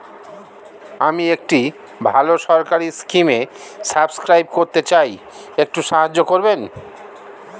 আমি একটি ভালো সরকারি স্কিমে সাব্সক্রাইব করতে চাই, একটু সাহায্য করবেন?